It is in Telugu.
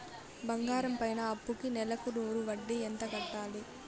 బంగారం పైన అప్పుకి నెలకు నూరు వడ్డీ ఎంత కట్టాలి?